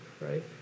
right